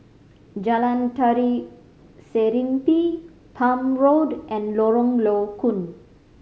Jalan Tari Serimpi Palm Road and Lorong Low Koon